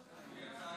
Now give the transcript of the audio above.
הכול